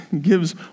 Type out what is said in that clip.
gives